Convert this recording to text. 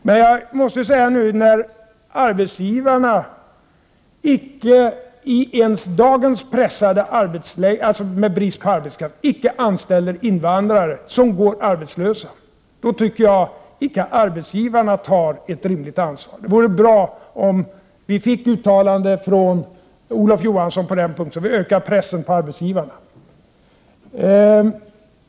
Men jag måste säga nu att jag tycker att arbetsgivarna icke tar ett rimligt ansvar, när de icke ens i dagens pressade läge med brist på arbetskraft anställer invandrare som går arbetslösa. Det vore bra om vi fick ett uttalande från Olof Johansson på den punkten, så att vi ökar pressen på arbetsgivarna.